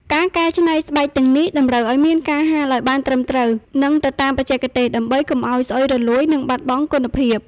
ការកែច្នៃស្បែកទាំងនេះ តម្រូវឱ្យមានការហាលឱ្យបានត្រឹមត្រូវ និងទៅតាមបច្ចេកទេស ដើម្បីកុំឱ្យស្អុយរលួយ និងបាត់បង់គុណភាព។